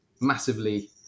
massively